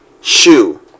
Shoe